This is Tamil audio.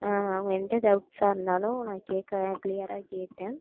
அவங்க எந்த டவுட்ஸ்சாக இருந்தாலும் நான் கேட்க கிளியராக கேட்டேன்